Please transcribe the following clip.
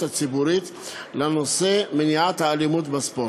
הציבורית לנושא מניעת האלימות בספורט,